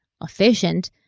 efficient